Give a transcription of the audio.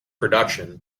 production